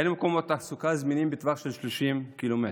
אין מקומות תעסוקה זמינים בטווח של 30 קילומטר.